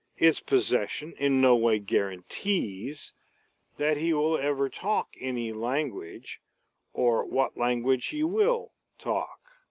its possession in no way guarantees that he will ever talk any language or what language he will talk.